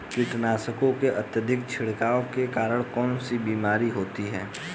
कीटनाशकों के अत्यधिक छिड़काव के कारण कौन सी बीमारी होती है?